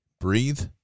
Breathe